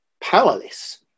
powerless